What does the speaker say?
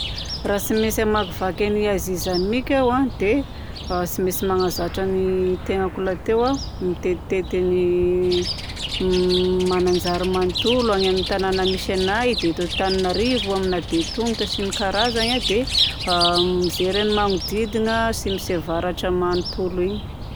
Raha tsy maintsy hamakivaky an'i Azia zany mika aho a, dia tsy maintsy manazatra ny tenako lahateo aho mitetitety ny Mananjary manontolo, agny amin'ny tanagna misy anay. Dia eto Antananarivo amina dia tongotra sy ny karazagny a dia mijery ny manodidina atsimo sy avaratra manontolo igny.